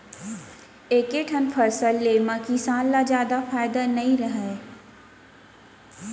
एके ठन फसल ले म किसान ल जादा फायदा नइ रहय